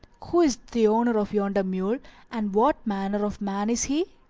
who is the owner of yonder mule and what manner of man is he?